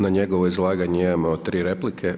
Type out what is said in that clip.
Na njegovo izlaganje imamo tri replike.